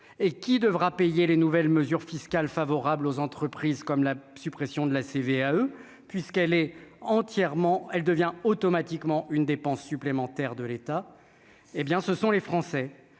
et qui devra payer les nouvelles mesures fiscales favorables aux entreprises comme la suppression de la CVAE puisqu'elle est entièrement elle devient automatiquement une dépense supplémentaire de l'État, hé bien ce sont les Français